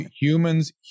Humans